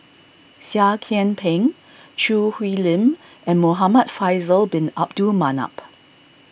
Seah Kian Peng Choo Hwee Lim and Muhamad Faisal Bin Abdul Manap